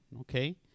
okay